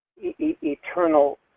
eternal